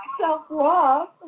self-love